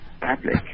public